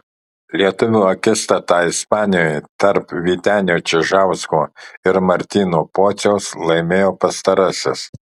lietuvių akistatą ispanijoje tarp vytenio čižausko ir martyno pociaus laimėjo pastarasis